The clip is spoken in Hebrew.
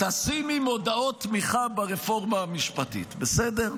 תשימי מודעות תמיכה ברפורמה המשפטית, בסדר?